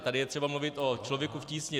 Tady je třeba mluvit o Člověku v tísni.